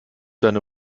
seine